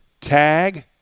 Tag